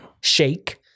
shake